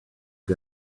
who